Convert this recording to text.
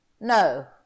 No